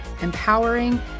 empowering